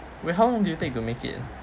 wait how long do you take you to make it